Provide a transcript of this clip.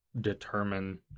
determine